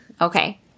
Okay